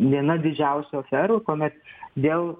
viena didžiausių aferų kuomet dėl